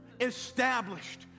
established